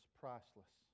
priceless